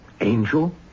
Angel